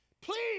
please